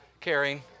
caring